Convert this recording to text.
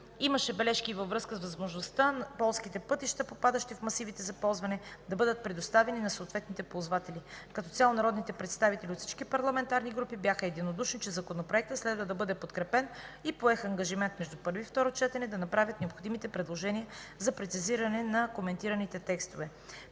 Имаше бележки и във връзка с възможността полските пътища, попадащи в масивите за ползване, да бъдат предоставяни на съответните ползватели. Като цяло народните представители от всички парламентарни групи бяха единодушни, че законопроектът следва да бъде подкрепен и поеха ангажимент между първо и второ четене да направят необходимите предложения за прецизиране на коментираните текстове.